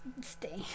stay